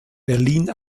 berlin